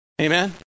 Amen